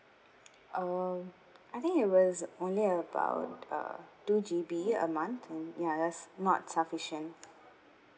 um I think it was only about uh two G_B a month and ya that's not sufficient